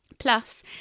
Plus